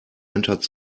entered